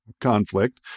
conflict